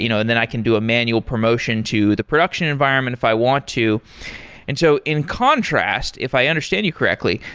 you know and then i can do a manual promotion to the production environment if i want to and so in contrast, if i understand you correctly,